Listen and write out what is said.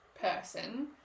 person